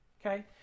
Okay